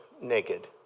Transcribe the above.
naked